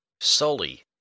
Sully